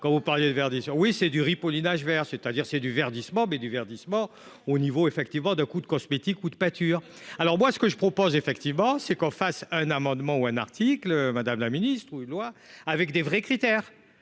quand vous parliez de vers, oui, c'est du ripolinage vers c'est-à-dire c'est du verdissement du verdissement au niveau effectivement de coup de cosmétiques ou de pâture alors moi ce que je propose, effectivement, c'est qu'on fasse un amendement ou un article, madame la ministre, ou une loi avec des vrais critères